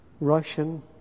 Russian